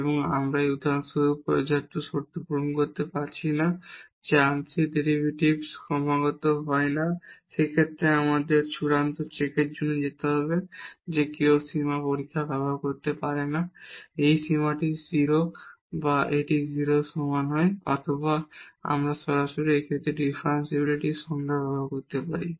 এবং আমরা উদাহরণস্বরূপ পর্যাপ্ত শর্ত পূরণ করছি না যে আংশিক ডেরিভেটিভস ক্রমাগত হয় না সেক্ষেত্রে আমাদের চূড়ান্ত চেকের জন্য যেতে হবে যে কেউ সীমা পরীক্ষা ব্যবহার করতে পারে যা এই সীমাটি 0 বা এটি 0 এর সমান নয় অথবা আমরা সরাসরি এই ক্ষেত্রে ডিফারেনশিবিলিটির সংজ্ঞা ব্যবহার করতে পারি